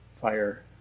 fire